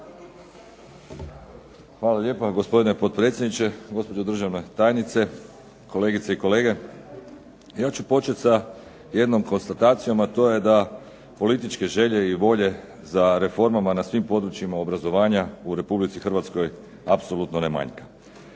Hvala lijepa, gospodine potpredsjedniče. Gospođo državna tajnice, kolegice i kolege. Ja ću počet sa jednom konstatacijom, a to je da političke želje i volje za reformama na svim područjima obrazovanja u Republici Hrvatskoj apsolutno ne manjka.